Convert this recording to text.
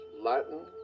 Latin